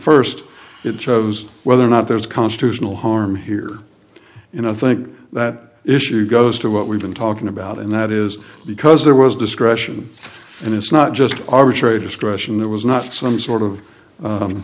first it shows whether or not there's constitutional harm here in i think that issue goes to what we've been talking about and that is because there was discretion and it's not just arbitrary discretion it was not some sort of